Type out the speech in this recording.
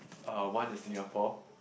uh one is Singapore